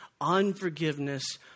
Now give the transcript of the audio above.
unforgiveness